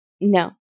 No